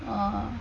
ah